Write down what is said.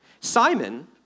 Simon